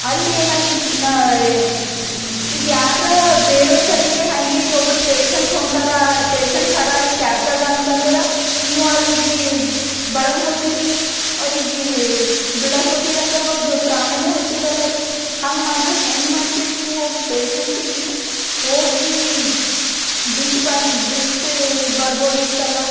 ಅಲ್ಲೇನಾಗಿತ್ತು ಈಗ ಯಾರಾರ ಬೇರೆಯವ್ರ ಸರಿನೆ ಹಂಗೆ ಈಗ ಒಬ್ರು ಪೇಷಂಟ್ ಹೊಂಟಾರ ಪೇಷಂಟ್ ಹರ ಇಲ್ಲಿ ಕ್ಯಾಬ್ದಾಗ ಅಂತಂದರ ನೀವು ಅವ್ರಿಗೆ ಬರಲ್ಲ ಹೊದ್ದಿರೀ ಅವ್ರಿಗೆ ಬಿಡಲ್ಲ ಹೊದ್ದಿರಿ ಅಂದ್ರ ಅವ್ರದು ಪ್ರಾಣಾನೇ ಹೋಯ್ತದಲ್ಲಾರಿ ಹಂಗೆ ಮಾಡಿದ್ರೆ ಹೆಂಗೆ ಮಾಡ್ತಿರಿ ನೀವು ಪೇಷಂಟಿಗೆ ಹೋಗಿ ಬಿಟ್ಟು ಬಿಟ್ಟು ಬರ್ಬೋದಿತ್ತಲ್ಲ